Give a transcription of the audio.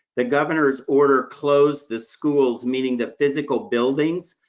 the governor's order closed the schools, meaning the physical buildings.